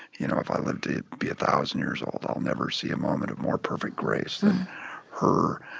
you know, if i live to be a thousand years old, i'll never see a moment of more perfect grace than her.